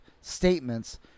statements